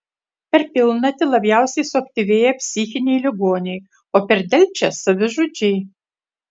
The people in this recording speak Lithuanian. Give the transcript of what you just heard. per pilnatį labiausiai suaktyvėja psichiniai ligoniai o per delčią savižudžiai